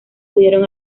pudieron